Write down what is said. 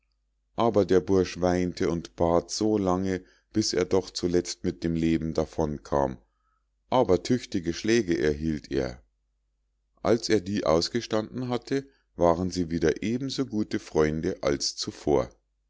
aber der bursch weinte und bat so lange bis er doch zuletzt mit dem leben davon kam aber tüchtige schläge erhielt er als er die ausgestanden hatte waren sie wieder eben so gute freunde als zuvor